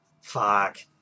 Fuck